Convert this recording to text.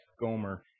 Gomer